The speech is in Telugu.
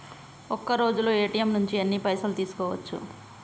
ఒక్కరోజులో ఏ.టి.ఎమ్ నుంచి ఎన్ని పైసలు తీసుకోవచ్చు?